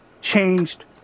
changed